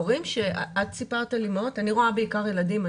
את סיפרת על אמהות, אני רואה בעיקר ילדים.